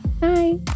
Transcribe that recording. Bye